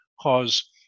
cause